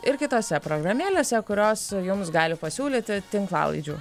ir kitose programėlėse kurios jums gali pasiūlyti tinklalaidžių